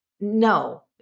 no